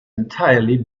entirely